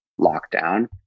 lockdown